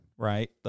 Right